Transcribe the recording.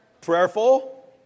prayerful